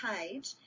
page